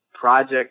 project